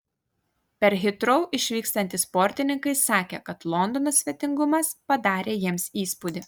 per hitrou išvykstantys sportininkai sakė kad londono svetingumas padarė jiems įspūdį